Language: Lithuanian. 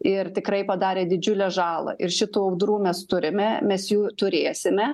ir tikrai padarė didžiulę žalą ir šitų audrų mes turime mes jų turėsime